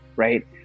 Right